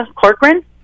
Corcoran